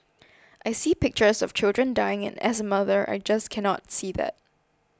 I see pictures of children dying and as a mother I just cannot see that